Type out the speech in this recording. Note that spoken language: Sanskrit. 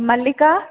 मल्लिका